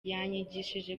yanyigishije